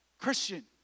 Christian